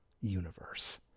universe